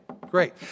Great